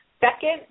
Second